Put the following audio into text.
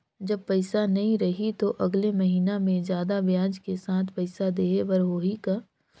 जब पइसा नहीं रही तो अगले महीना मे जादा ब्याज के साथ पइसा देहे बर होहि का?